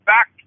Back